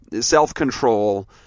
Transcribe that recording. self-control